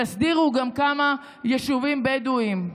תסדירו גם כמה יישובים בדואיים.